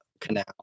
canal